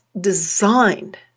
designed